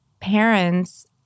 parents